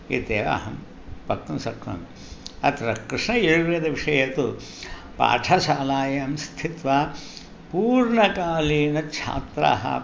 इत्येव अहं वक्तुं शक्नोमि अत्र कृष्णयजुर्वेदविषये तु पाठशालायां स्थित्वा पूर्णकालीनछात्राः